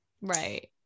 right